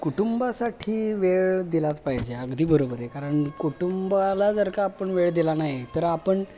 कुटुंबासाठी वेळ दिलाच पाहिजे अगदी बरोबर आहे कारण कुटुंबाला जर का आपण वेळ दिला नाही तर आपण